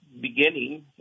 beginning